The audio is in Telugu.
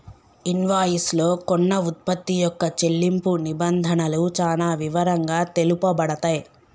ఇన్వాయిస్ లో కొన్న వుత్పత్తి యొక్క చెల్లింపు నిబంధనలు చానా వివరంగా తెలుపబడతయ్